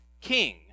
King